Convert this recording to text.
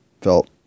felt